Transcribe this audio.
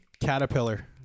Caterpillar